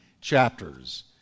chapters